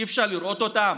אי-אפשר לראות אותם?